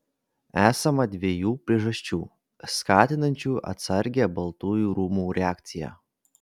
esama dviejų priežasčių skatinančių atsargią baltųjų rūmų reakciją